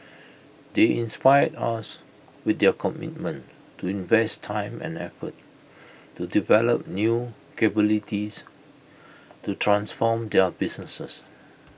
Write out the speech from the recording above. they inspire us with their commitment to invest time and effort to develop new capabilities to transform their businesses